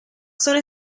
sono